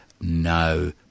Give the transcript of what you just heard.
no